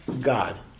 God